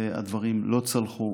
והדברים לא צלחו.